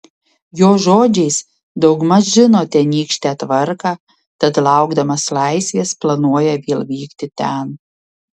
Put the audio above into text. jo žodžiais daugmaž žino tenykštę tvarką tad laukdamas laisvės planuoja vėl vykti ten